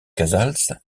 casals